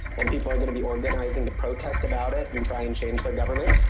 and people are going to be organizing to protest about it and try and change the government.